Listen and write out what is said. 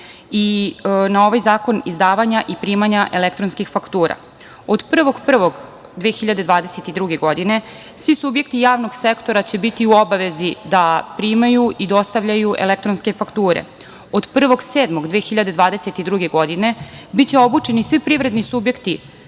i na ovaj zakon izdavanja i primanja elektronskih faktura. Od 1.1.2022. godine svi subjekti javnog sektora će biti u obavezi da primaju i dostavljaju elektronske fakture. Od 1.7.2022. godine biće obučeni svi privredni subjekti